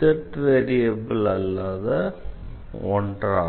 z variable அல்லாத ஒன்றாகும்